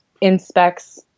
inspects